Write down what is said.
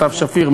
סתיו שפיר,